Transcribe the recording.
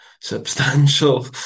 substantial